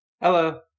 Hello